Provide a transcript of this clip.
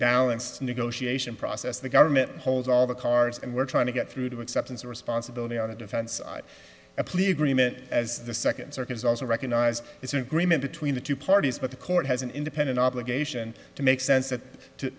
balanced negotiation process the government holds all the cards and we're trying to get through to acceptance of responsibility on the defense side a plea agreement as the second circuit is also recognized is an agreement between the two parties but the court has an independent obligation to make sense that